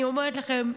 אני אומרת לכם,